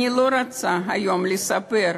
אני לא רוצה היום לספר,